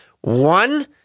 one